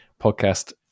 podcast